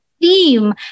theme